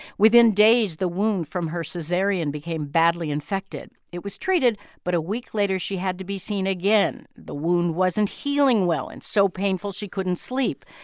within days, the wound from her so cesarean became badly infected. it was treated, but a week later she had to be seen again. the wound wasn't healing well and so painful she couldn't sleep.